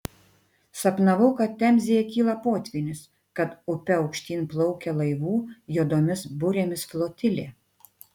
sapnavau kad temzėje kyla potvynis kad upe aukštyn plaukia laivų juodomis burėmis flotilė